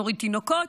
נוריד תינוקות,